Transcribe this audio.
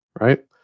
right